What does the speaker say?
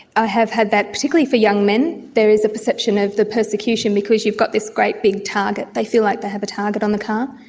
i have had that, particularly for young man there is a perception of the persecution because you've got this great big target, they feel like they have a target on the car.